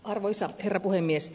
arvoisa herra puhemies